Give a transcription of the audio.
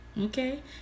Okay